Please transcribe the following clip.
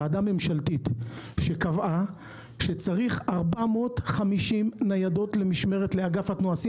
ועדה ממשלתית שקבעה שצריך 450 ניידות למשמרת לאגף התנועה.